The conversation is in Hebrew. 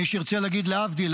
מי שירצה להגיד להבדיל,